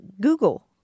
Google